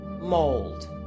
mold